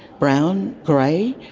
brown, grey.